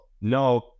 no